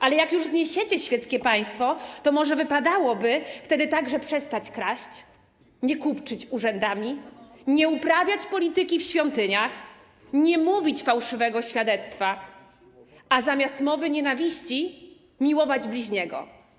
Ale jak już zniesiecie świeckie państwo, to może wypadałoby wtedy także przestać kraść, nie kupczyć urzędami, nie uprawiać polityki w świątyniach, nie mówić fałszywego świadectwa, a zamiast posługiwać się mową nienawiści, miłować bliźniego.